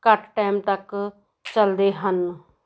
ਘੱਟ ਟਾਈਮ ਤੱਕ ਚਲਦੇ ਹਨ